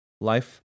life